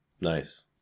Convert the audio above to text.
Nice